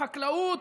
בחקלאות,